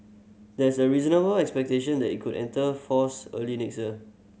there's a reasonable expectation that it could enter force early next year